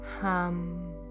hum